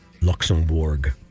Luxembourg